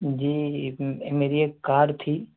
جی میری ایک کار تھی